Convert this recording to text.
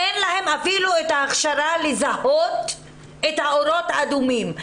אין להם אפילו את ההכשרה לזהות את האורות האדומים.